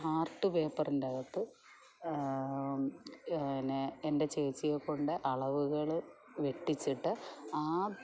art പേപ്പറിൻ്റകത്ത് എന്നെ എൻ്റെ ചേച്ചിയെക്കൊണ്ട് അളവുകൾ വെട്ടിച്ചിട്ട് ആ